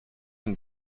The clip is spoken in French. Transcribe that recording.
une